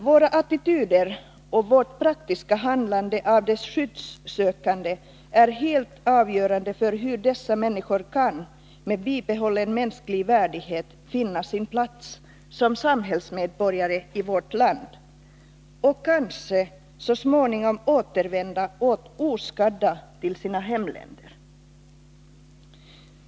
Våra attityder och vårt praktiska handlande när det gäller de skyddssökande är helt avgörande för hur dessa människor med bibehållen mänsklig värdighet kan finna sin plats som samhällsmedborgare i vårt land och kanske så småningom återvända oskadda till sina hemländer.